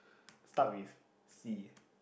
start with C